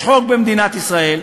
יש חוק במדינת ישראל,